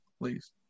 Please